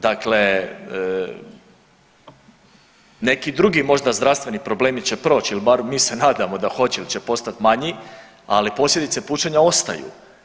Dakle, neki drugi možda zdravstveni problemi će proći il bar mi se nadamo da hoće il će postati manji, ali posljedice pušenja ostaju.